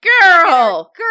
girl